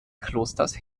klosters